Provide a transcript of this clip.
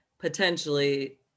potentially